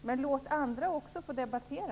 Men låt andra också få debattera!